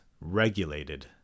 regulated